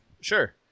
Sure